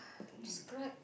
describe